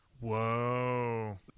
Whoa